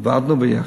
עבדנו ביחד,